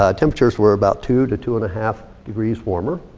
ah temperatures were about two to two and a half degrees warmer.